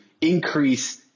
increase